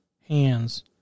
hands